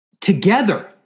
together